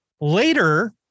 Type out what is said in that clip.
later